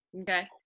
Okay